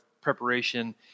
preparation